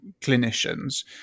clinicians